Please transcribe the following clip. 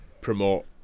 promote